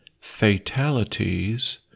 fatalities